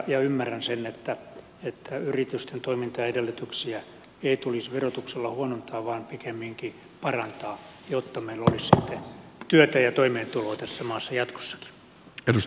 ymmärrän sen että yritysten toimintaedellytyksiä ei tulisi verotuksella huonontaa vaan pikemminkin parantaa jotta meillä olisi sitten työtä ja toimeentuloa tässä maassa jatkossakin